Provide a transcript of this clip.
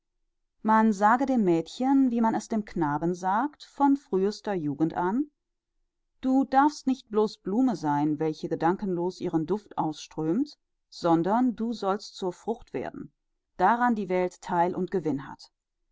man sage dem mädchen wie man es dem knaben sagt von frühester jugend an du darfst nicht blos blume sein welche gedankenlos ihren süßen duft ausströmt sondern du sollst zur frucht werden daran die welt theil und gewinn hat